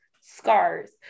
scars